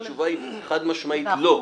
התשובה היא חד משמעית לא.